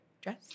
dress